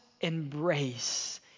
embrace